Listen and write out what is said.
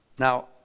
Now